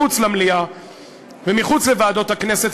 מחוץ למליאה ומחוץ לוועדות הכנסת,